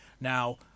Now